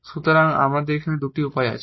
সুতরাং আমাদের এখানে দুটি উপায় আছে